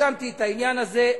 סיכמתי את העניין הזה.